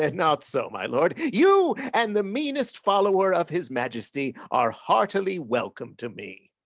and not so, my lord you and the meanest follower of his majesty are heartily welcome to me.